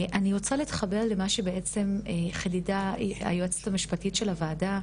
אני רוצה להתחבר רגע למה שבעצם חידדה היועצת המשפטית של הוועדה.